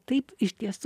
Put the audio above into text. taip iš tiesų